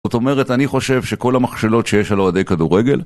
זאת אומרת אני חושב שכל המכשלות שיש על אוהדי כדורגל